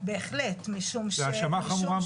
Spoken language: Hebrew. בהחלט -- זו האשמה חמורה מאוד, חברת הכנסת סטרוק.